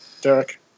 Derek